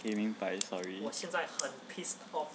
okay 明白 sorry